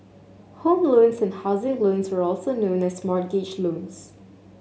home loans and housing loans are also known as mortgage loans